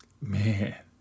Man